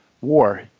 war